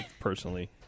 personally